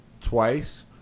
twice